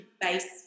base